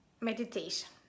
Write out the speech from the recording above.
meditation